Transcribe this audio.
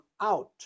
out